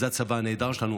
זה הצבא הנהדר שלנו.